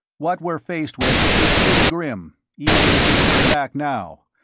what we're faced with is pretty grim, even if we turn back now.